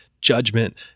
judgment